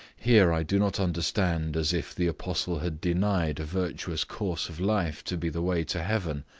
here i do not understand as if the apostle had denied a virtuous course of life to be the way to heaven,